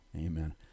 Amen